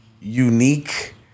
unique